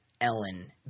Ellen